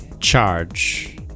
charge